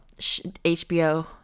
HBO